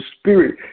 spirit